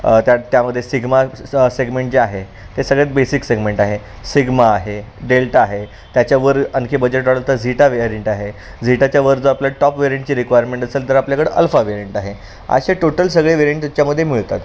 त्या त्यामध्ये Sigma segment जे आहे ते सगळ्यात बेसिक सेगमेंट आहे सिगमा आहे डेल्टा आहे त्याच्यावर आणखी बजेट वाढलं तर झिटा वेरिंट आहे झिटाच्यावर जर आपल्या टॉप वेरियंटची रिक्वायरमेंट असेल तर आपल्याकडं अल्फा वेरियंट आहे असे टोटल सगळे वेरियंट त्याच्यामध्ये मिळतात